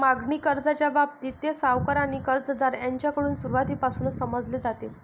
मागणी कर्जाच्या बाबतीत, ते सावकार आणि कर्जदार यांच्याकडून सुरुवातीपासूनच समजले जाते